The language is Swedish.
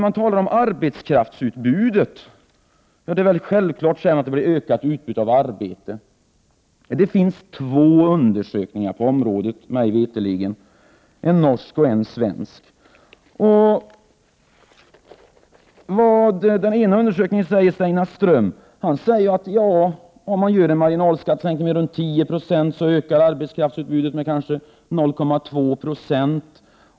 Man talar om arbetskraftsutbudet — det är väl självklart, säger man, att det blir ett ökat utbud av arbetskraft. Det finns mig veterligt två undersökningar på det området: en norsk och en svensk. I den ena undersökningen sägs det att om man gör en marginalskattesänkning med runt 10 96 ökar arbetskraftsutbudet med kanske 0,2 Zo.